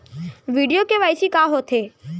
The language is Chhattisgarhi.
वीडियो के.वाई.सी का होथे